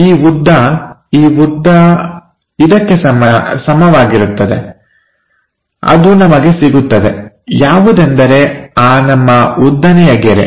ಈ ಉದ್ದ ಈ ಉದ್ದ ಇದಕ್ಕೆ ಸಮವಾಗಿರುತ್ತದೆ ಅದು ನಮಗೆ ಸಿಗುತ್ತದೆ ಯಾವುದೆಂದರೆ ಆ ನಮ್ಮ ಉದ್ದನೆಯ ಗೆರೆ